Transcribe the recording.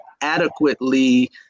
adequately